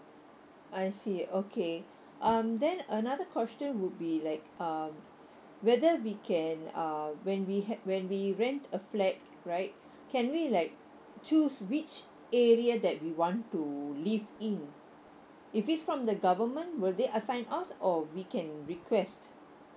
I see okay um then another question would be like um whether we can uh when we had when we rent a flat right can we like choose which area that we want to live in if it's from the government will they assign us or we can request